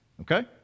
Okay